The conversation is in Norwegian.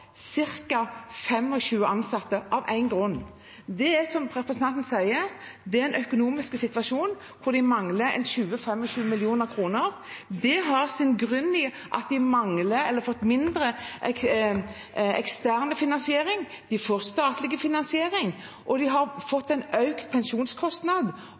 ansatte av én grunn. Det er, som representanten sier, den økonomiske situasjonen, for de mangler 20–25 mill. kr. Det har sin grunn i at de mangler, eller har fått mindre, ekstern finansiering. De får statlig finansiering. De har fått en økt pensjonskostnad, og de har i tillegg fått